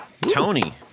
tony